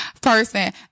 person